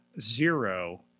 zero